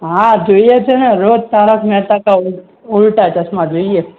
હા જોઈએ છીએ ને રોજ તારક મહેતા કા ઉલ્ટા ચશ્મા જોઈએ